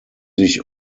sich